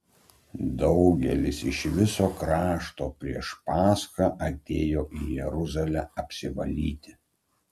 daugelis iš viso krašto prieš paschą atėjo į jeruzalę apsivalyti